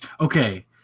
Okay